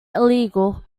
illegal